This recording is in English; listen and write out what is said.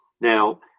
Now